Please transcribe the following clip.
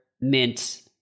mint